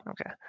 okay